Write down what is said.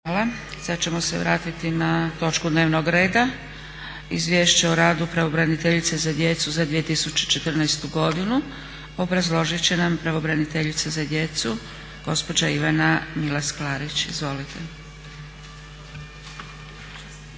Sad ćemo se vratiti na točku dnevnog reda – Izvješće o radu pravobraniteljice za djecu za 2014. godinu. Obrazložit će nam pravobraniteljica za djecu gospođa Ivana Milas Klarić. Izvolite. **Milas